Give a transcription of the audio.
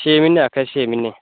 छे म्हीने आखेआ छे म्हीने